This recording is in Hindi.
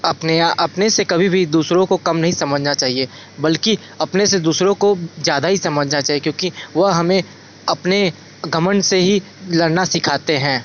अपने या अपने से कभी भी दूसरों को कम नहीं समझना चाहिए बल्कि अपने से दूसरों को ज़्यादा ही समझना चाहिए क्योंकि वह हमें अपने घमंड से ही लड़ना सिखाते हैं